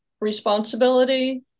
responsibility